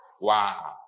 Wow